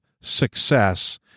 success